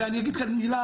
ואני אגיד לכם מילה,